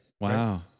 wow